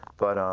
but um